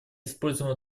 используем